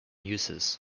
uses